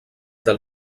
del